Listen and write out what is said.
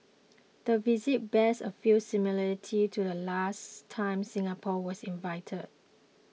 the visit bears a few similarities to the last time Singapore was invited